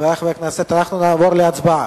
חברי חברי הכנסת, אנחנו נעבור להצבעה.